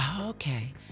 Okay